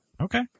Okay